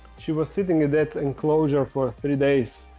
she was sitting at that enclosure for three days.